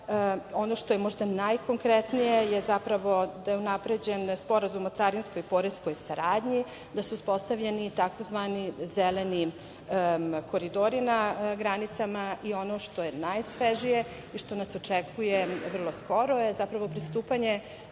ono što je možda najkonkretnije, je zapravo da je unapređen Sporazum o carinskoj saradnji, da su uspostavljeni tzv. zeleni koridori na granicama. Ono što je najsvežije i što nas očekuje vrlo skoro je zapravo pristupanje